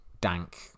dank